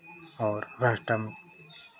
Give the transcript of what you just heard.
और भ्रष्ट